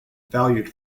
valued